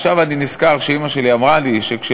עכשיו אני נזכר שאימא שלי אמרה לי שכשהיא